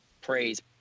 praise